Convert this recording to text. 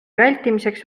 vältimiseks